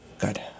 Good